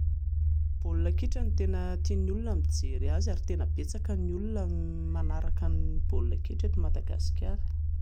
Baolina kitra no tena tian'ny olona ny mijery azy ary tena betsaka ny olona no manaraka ny baolina kitra eto Madagasikara